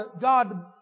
God